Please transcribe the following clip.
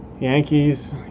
Yankees